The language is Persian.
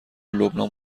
لبنان